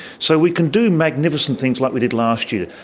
so we can do magnificent things like we did last year,